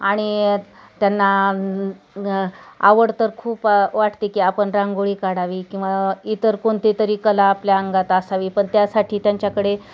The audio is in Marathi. आणि त्यांना आवड तर खूप वाटते की आपण रांगोळी काढावी किंवा इतर कोणते तरी कला आपल्या अंगात असावी पण त्यासाठी त्यांच्याकडे